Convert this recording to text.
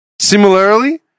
Similarly